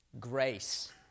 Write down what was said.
Grace